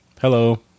Hello